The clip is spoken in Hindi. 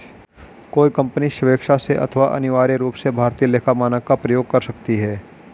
कोई कंपनी स्वेक्षा से अथवा अनिवार्य रूप से भारतीय लेखा मानक का प्रयोग कर सकती है